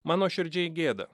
man nuoširdžiai gėda